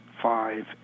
five